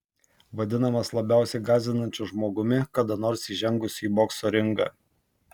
vadinamas labiausiai gąsdinančiu žmogumi kada nors įžengusiu į bokso ringą